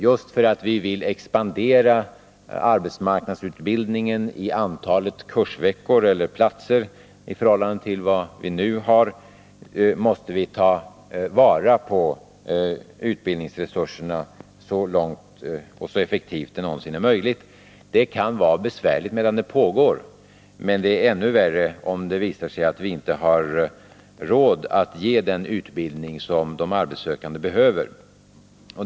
Just för att vi vill expandera arbetsmarknadsutbildningen i antalet kursveckor eller platser i förhållande till vad vi nu har måste vi ta vara på utbildningsresurserna så effektivt som möjligt. Den omorienteringen kan vara besvärlig medan den pågår, men det är ännu värre om det visar sig att vi inte har råd att ge den utbildning som de arbetssökande behöver.